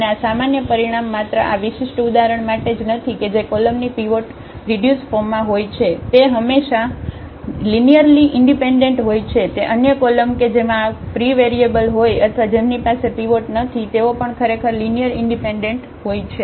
અને આ સામાન્ય પરિણામ માત્ર આ વિશિષ્ટ ઉદાહરણ માટે જ નથી કે જે કોલમની પીવોટ રીડ્યુસ ફોર્મમાં હોય છે તે હંમેશા લિનિયરલી ઇન્ડિપેન્ડન્ટ હોય છે તે અન્ય કોલમ કે જેમાં આ ફ્રી વેરીએબલ હોય અથવા જેમની પાસે પીવોટ નથી તેઓ પણ ખરેખર લિનિયર ઇન્ડિપેન્ડન્ટ હોય છે